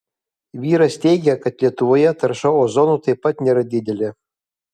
vyras teigia kad lietuvoje tarša ozonu taip pat nėra didelė